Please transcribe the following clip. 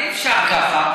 אני שואל, אבל אי-אפשר ככה.